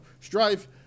Strive